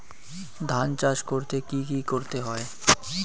ধান চাষ করতে কি কি করতে হয়?